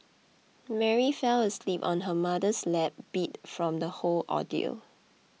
Mary fell asleep on her mother's lap beat from the whole ordeal